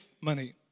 money